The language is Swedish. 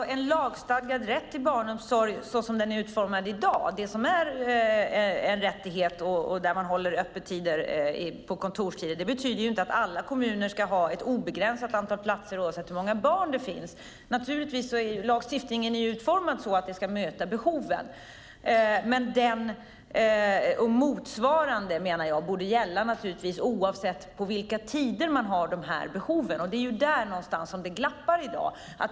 Herr talman! Den lagstadgade rätten till barnomsorg på kontorstid innebär inte att alla kommuner ska ha ett obegränsat antal platser oavsett hur många barn det finns. Lagstiftningen är utformad så att man ska möta behoven. Motsvarande borde gälla oavsett på vilka tider behoven finns. Det är här det glappar.